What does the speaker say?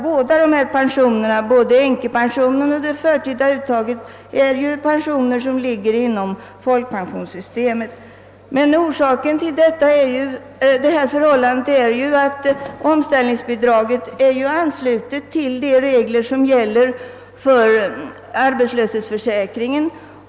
Både änkepensionen och det förtida uttaget är ju pensioner som ligger inom folkpensionssystemet. Orsaken till att den aktuella situationen uppstått är att omställningsbidraget är knutet till de regler som gäller för arbetslöshetsförsäkringen.